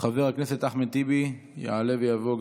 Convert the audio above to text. חבר הכנסת אחמד טיבי יעלה ויבוא.